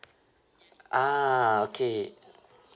ah okay